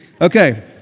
Okay